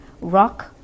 rock